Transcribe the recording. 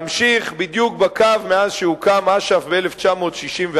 להמשיך בדיוק בקו מאז הוקם אש"ף ב-1964,